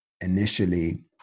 initially